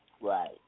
Right